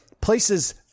places